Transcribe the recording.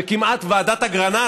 ועדת אגרנט,